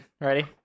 ready